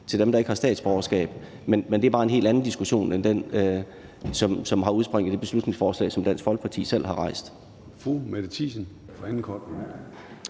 fremmede og ikke har statsborgerskab, men det er bare en helt anden diskussion end den, som har udspring i det beslutningsforslag, som Dansk Folkeparti selv har fremsat.